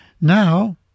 Now